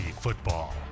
Football